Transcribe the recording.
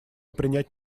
принять